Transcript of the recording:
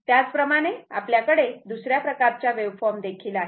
त्याचप्रमाणे आपल्याकडे दुसऱ्या प्रकारच्या वेव्हफॉर्म देखील आहेत